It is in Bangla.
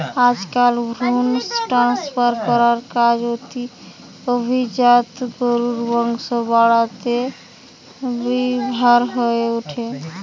আজকাল ভ্রুন ট্রান্সফার করার কাজ অভিজাত গরুর বংশ বাড়াতে ব্যাভার হয়ঠে